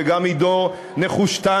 וגם עידו נחושתן,